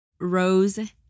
Rose